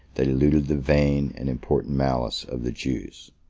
that eluded the vain and important malice of the jews.